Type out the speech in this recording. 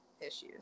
issues